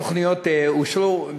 תוכניות אושרו.